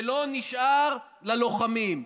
ולא נשאר ללוחמים.